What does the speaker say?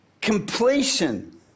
completion